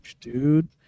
dude